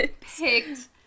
picked